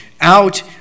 out